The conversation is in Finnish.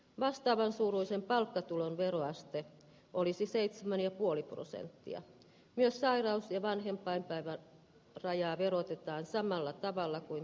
vastaavan suuruisen palkkatulon veroaste olisi seitsemän ja puoli prosenttia ja sairaus ja vanhempainpäivä rajaverotetaan samalla tavalla kuin